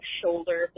shoulder